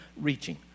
reaching